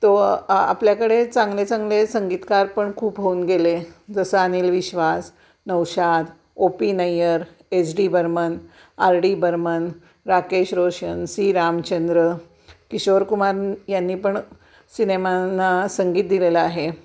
तो आपल्याकडे चांगले चांगले संगीतकार पण खूप होऊन गेले जसं Anil Biswas Naushad O P Nayyar S D Burman R D Burman Rakesh Roshan C Ramchandra Kishore Kumar यांनी पण सिनेमांना संगीत दिलेलं आहे